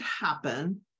happen